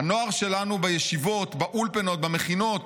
"הנוער שלנו, בישיבות, באולפנות ובמכינות,